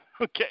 okay